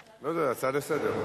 לסדר.